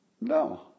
No